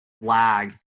lag